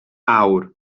awr